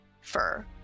Fur